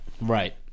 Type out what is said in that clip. Right